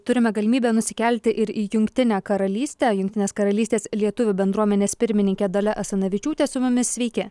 turime galimybę nusikelti ir į jungtinę karalystę jungtinės karalystės lietuvių bendruomenės pirmininkė dalia asanavičiūtė su mumis sveiki